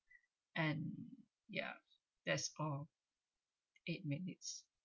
and yeah that's all eight minutes